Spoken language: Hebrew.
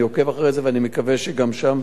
אני עוקב אחרי זה ואני מקווה שגם שם